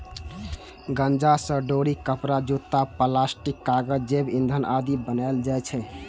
गांजा सं डोरी, कपड़ा, जूता, बायोप्लास्टिक, कागज, जैव ईंधन आदि बनाएल जाइ छै